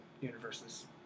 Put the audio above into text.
universes